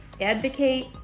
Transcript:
advocate